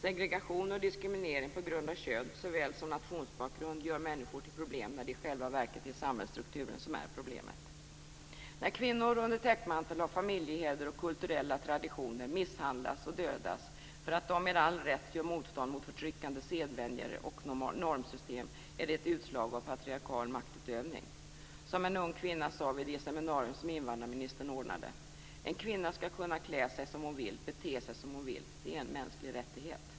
Segregation och diskriminering på grund av kön såväl som nationsbakgrund gör människor till problem, när det i själva verket är samhällsstrukturen som är problemet. När kvinnor under täckmantel av familjeheder och kulturella traditioner misshandlas och dödas för att de med all rätt gör motstånd mot förtryckande sedvänjor och normsystem är det ett utslag av patriarkal maktutövning. Som en ung kvinna sade vid det seminarium som invandrarministern ordnade: En kvinna skall kunna klä sig som hon vill, bete sig som hon vill - det är en mänsklig rättighet.